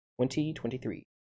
2023